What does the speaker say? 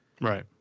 Right